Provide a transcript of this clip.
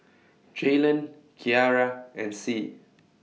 Jaylen Kyara and Sie